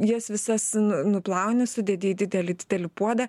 jas visas nu nuplauni sudėti į didelį didelį puodą